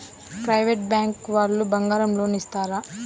Private bank వాళ్ళు బంగారం loan ఇస్తారా?